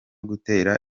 gutera